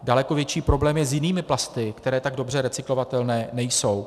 Daleko větší problém je s jinými plasty, které tak dobře recyklovatelné nejsou.